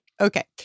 Okay